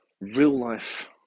real-life